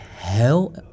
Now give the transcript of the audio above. hell